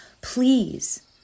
please